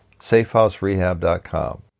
safehouserehab.com